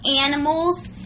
animals